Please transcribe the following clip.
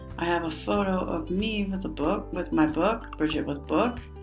i have a photo of me with a book with my book. bridget with book.